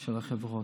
של החברות.